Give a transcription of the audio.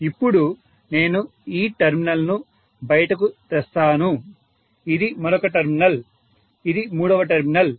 ఇప్పుడు నేను ఈ టెర్మినల్ ను బయటకు తెస్తాను ఇది మరొక టెర్మినల్ ఇది మూడవ టెర్మినల్